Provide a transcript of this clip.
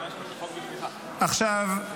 עכשיו,